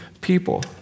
people